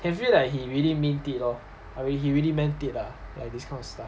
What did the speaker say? can feel like he really mean it lor I really he really meant it lah like this kind of stuff